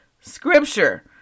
scripture